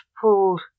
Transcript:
pulled